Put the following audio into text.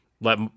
Let